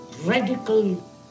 radical